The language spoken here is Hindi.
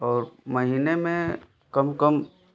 और महीने में कम कम